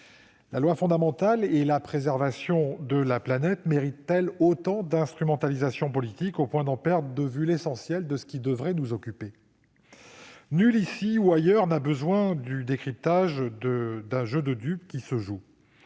La loi fondamentale et la préservation de la planète méritent-elles autant d'instrumentalisation politique, au point de perdre de vue l'essentiel de ce qui devrait nous occuper ? Nul, ici ou ailleurs, n'a besoin du décryptage du jeu de dupes qui se joue.